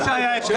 כמו תמיד, מיקי.